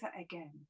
again